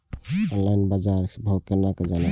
Online बाजार भाव केना जानब?